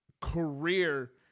career